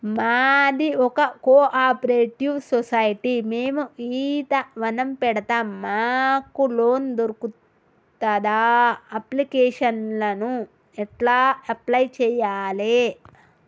మాది ఒక cooperative society మేము ఈత వనం పెడతం మాకు లోన్ దొర్కుతదా? అప్లికేషన్లను ఎట్ల అప్లయ్ చేయాలే?